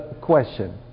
question